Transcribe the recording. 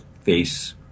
face